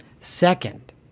Second